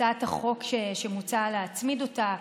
החוק שמוצע להצמיד אותה.